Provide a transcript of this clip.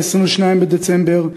22 בדצמבר,